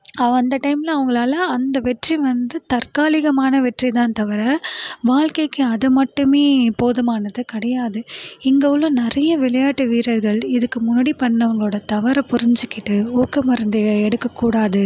அவன் அந்த டைமில் அவங்களால் அந்த வெற்றி வந்து தற்காலிகமான வெற்றிதான் தவிர வாழ்க்கைக்கு அது மட்டுமே போதுமானது கிடையாது இங்கே உள்ள நிறைய விளையாட்டு வீரர்கள் இதுக்கு முன்னாடி பண்ணவங்களோடய தவறை புரிஞ்சுக்கிட்டு ஊக்க மருந்தை எடுக்க கூடாது